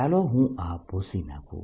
ચાલો હું આ ભૂંસી નાખું